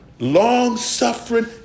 Long-suffering